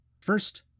First